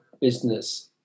business